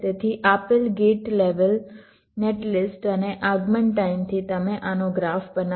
તેથી આપેલ gate level net list અને આગમન ટાઈમથી તમે આનો ગ્રાફ બનાવો